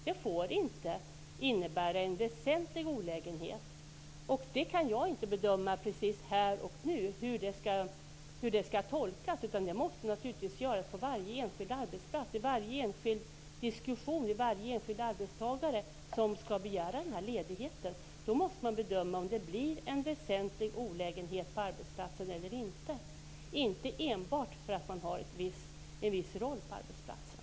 Det får inte innebära en väsentlig olägenhet. Jag kan inte bedöma här och nu hur det skall tolkas, utan det måste naturligtvis göras på varje enskild arbetsplats, i varje enskild diskussion och för varje enskild arbetstagare som skall begära ledigheten. Då måste man bedöma om det blir en väsentlig olägenhet på arbetsplatsen eller inte. Det beror inte enbart på att man har en viss roll på arbetsplatsen.